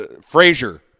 Frazier